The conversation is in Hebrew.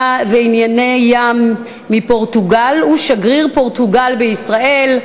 לענייני הים מפורטוגל ואת שגריר פורטוגל בישראל.